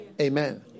Amen